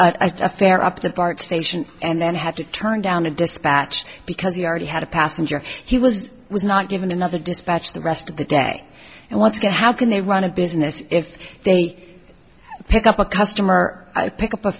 a fare up the bart station and then had to turn down a dispatch because he already had a passenger he was was not given another dispatch the rest of the day and what's going to how can they run a business if they pick up a customer pick up a